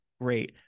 Great